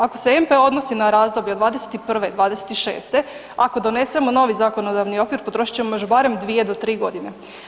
Ako se NPOO odnosi na razdoblje od '21.-26., ako donesemo novi zakonodavni okvir, potrošit ćemo još barem 2 do 3 godine.